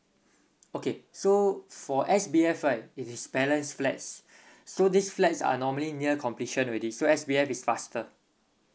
okay so for S_B_F right it is balance flats so these flats are normally near completion already so S_B_F is faster